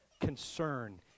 concern